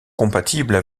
compatibles